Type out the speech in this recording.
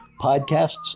podcasts